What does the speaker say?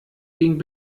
ging